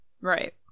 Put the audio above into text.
right